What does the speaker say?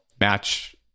match